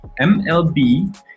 mlb